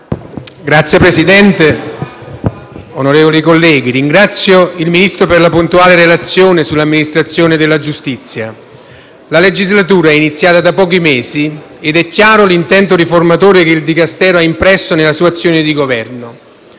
Signor Presidente, onorevoli colleghi, ringrazio il Ministro per la puntuale relazione sull'amministrazione della giustizia. La legislatura è iniziata da pochi mesi ed è chiaro l'intento riformatore che il Dicastero ha impresso nella sua azione di Governo.